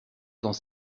dans